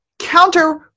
Counter